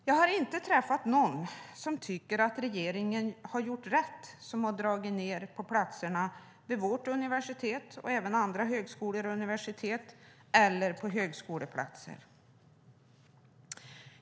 Jag har inte träffat någon som tycker att regeringen har gjort rätt som har dragit ned på platserna vid vårt universitet och vid andra högskolor och universitet.